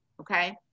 okay